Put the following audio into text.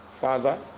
Father